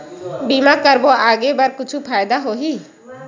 बीमा करबो आगे बर कुछु फ़ायदा होही?